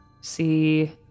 See